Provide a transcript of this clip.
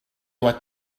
what